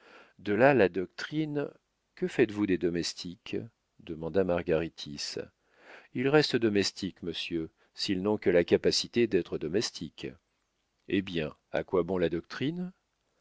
de là la doctrine que faites-vous des domestiques demanda margaritis ils restent domestiques monsieur s'ils n'ont que la capacité d'être domestiques hé bien à quoi bon la doctrine